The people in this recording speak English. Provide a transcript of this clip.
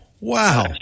wow